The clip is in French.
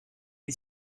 est